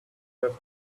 have